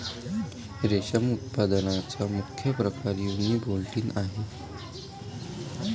रेशम उत्पादनाचा मुख्य प्रकार युनिबोल्टिन आहे